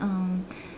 um